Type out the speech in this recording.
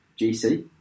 GC